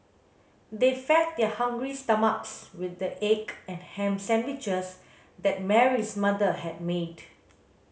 they fed their hungry stomachs with the egg and ham sandwiches that Mary's mother had made